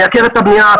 מייקר את הבנייה,